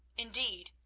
indeed,